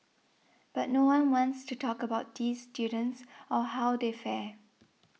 but no one wants to talk about these students or how they fare